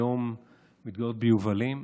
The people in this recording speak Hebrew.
היום מתגוררת ביובלים,